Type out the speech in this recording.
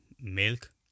milk